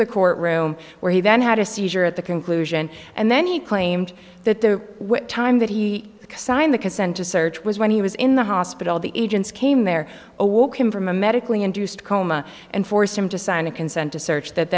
the court room where he then had a seizure at the conclusion and then he claimed that the time that he signed the consent to search was when he was in the hospital the agents came there a walk him from a medically induced coma and forced him to sign a consent to search that